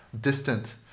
distant